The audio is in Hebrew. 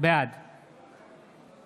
בעד